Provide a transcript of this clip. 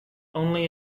only